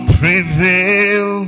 prevail